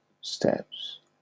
steps